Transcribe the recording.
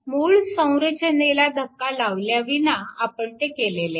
मूळ संरचनेला धक्का लावल्याविना आपण ते केलेले आहे